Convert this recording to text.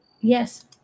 Yes